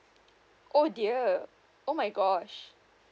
oh dear oh my gosh